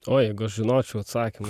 o jeigu aš žinočiau atsakymą